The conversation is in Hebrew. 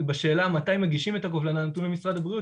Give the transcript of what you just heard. בשאלה מתי מגישים את הקובלנה נתון למשרד הבריאות,